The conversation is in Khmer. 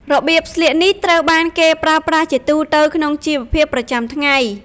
របៀបស្លៀកនេះត្រូវបានគេប្រើប្រាស់ជាទូទៅក្នុងជីវភាពប្រចាំថ្ងៃ។